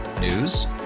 News